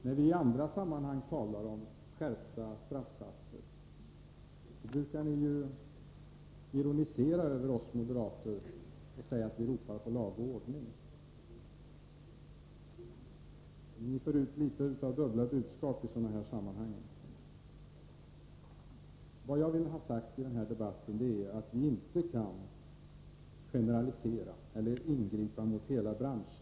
När vi i andra sammanhang talar om skärpta straffsatser brukar ni ju ironisera över oss moderater och säga att vi ropar på lag och ordning. Ni för ut litet av dubbla budskap i sådana här sammanhang. Vad jag vill ha sagt i denna debatt är att vi inte kan generalisera eller ingripa mot hela branscher.